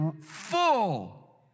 full